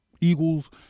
Eagles